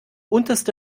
unterste